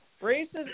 races